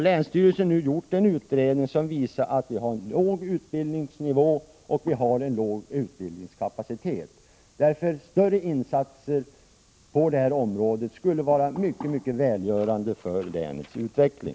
Länsstyrelsen har nu gjort en utredning som visar att vi har låg utbildningsnivå och liten utbildningskapacitet. Därför skulle större insatser på det här området vara mycket välgörande för länets utveckling.